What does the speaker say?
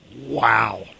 Wow